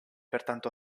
pertanto